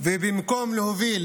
ובמקום להוביל